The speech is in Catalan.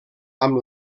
amb